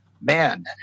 man